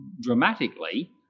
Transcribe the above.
dramatically